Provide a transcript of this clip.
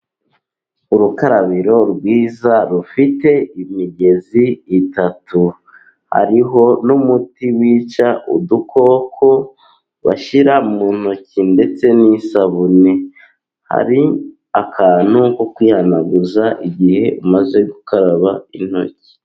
Urukarabiro rwiza rufite imigezi itatu, hariho n'umuti wica udukoko bashyira mu ntoki ndetse n'isabune, hari akantu ko kwihanaguza igihe umaze gukaraba intoki.